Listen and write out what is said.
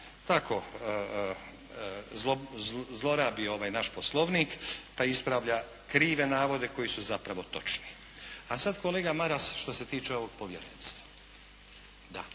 tako zlorabi ovaj naš Poslovnik pa ispravlja krive navode koji su zapravo točni. A sad kolega Maras što se tiče ovog povjerenstva.